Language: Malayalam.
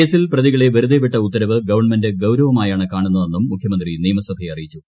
കേസിൽ പ്രതികളെ വെറുതെ വിട്ട ഉത്തരവ് ഗവൺമെന്റ് ഗൌരവമായാണ് കാണുന്നതെന്നും മുഖ്യമന്ത്രി നിയമസഭയെ അറിയിച്ചു